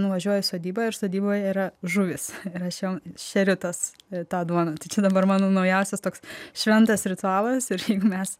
nuvažiuoju į sodybą ir sodyboje yra žuvys ir aš jom šeriu tą duoną tai čia dabar mano naujausias toks šventas ritualas ir mes